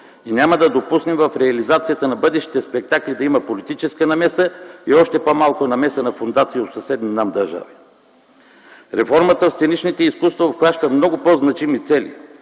и няма да допуснем в реализацията на бъдещите спектакли да има политическа намеса и още по-малко – намеса на фондации от съседни нам държави. Реформата в сценичните изкуства обхваща много по-значими цели,